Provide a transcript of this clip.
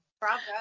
Bravo